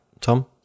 Tom